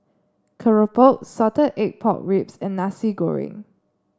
Keropok Salted Egg Pork Ribs and Nasi Goreng